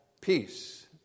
Peace